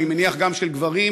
אני מניח שגם של גברים,